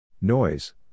Noise